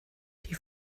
die